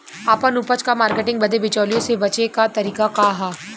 आपन उपज क मार्केटिंग बदे बिचौलियों से बचे क तरीका का ह?